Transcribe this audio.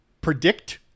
predict